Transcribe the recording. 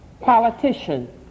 politician